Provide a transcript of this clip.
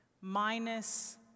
minus